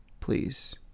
please